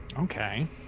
Okay